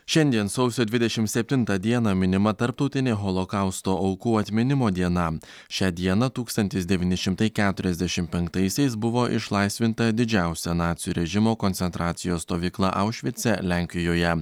šiandien sausio dvidešimt septintą dieną minima tarptautinė holokausto aukų atminimo diena šią dieną tūkstantis devyni šimtai keturiasdešimt penktaisiais buvo išlaisvinta didžiausia nacių režimo koncentracijos stovykla aušvice lenkijoje